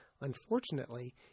unfortunately